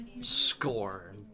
Score